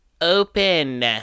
open